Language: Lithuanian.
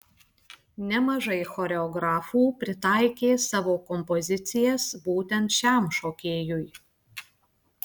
nemažai choreografų pritaikė savo kompozicijas būtent šiam šokėjui